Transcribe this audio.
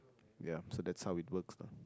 ya so that's how it works lah